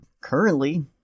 currently